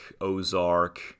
Ozark